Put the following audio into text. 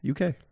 UK